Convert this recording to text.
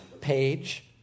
page